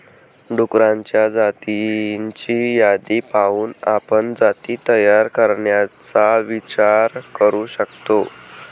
डुक्करांच्या जातींची यादी पाहून आपण जाती तयार करण्याचा विचार करू शकतो